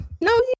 No